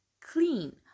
clean